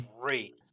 Great